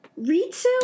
Ritsu